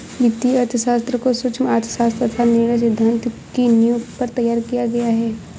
वित्तीय अर्थशास्त्र को सूक्ष्म अर्थशास्त्र तथा निर्णय सिद्धांत की नींव पर तैयार किया गया है